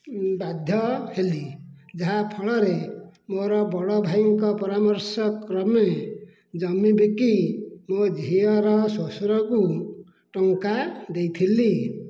ମୁଁ ବାଧ୍ୟ ହେଲି ଯାହା ଫଳରେ ମୋର ବଡ଼ ଭାଇଙ୍କ ପରାମର୍ଶ କ୍ରମେ ଜମି ବିକି ମୋ ଝିଅର ଶ୍ୱଶୁରକୁ ଟଙ୍କା ଦେଇଥିଲି